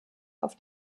auf